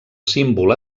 símbol